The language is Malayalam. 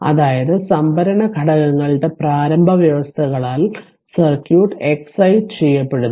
അതായത് സംഭരണ ഘടകങ്ങളുടെ പ്രാരംഭ വ്യവസ്ഥകളാൽ സർക്യൂട്ട് എക്സൈറ് ചെയ്യപ്പെടുന്നു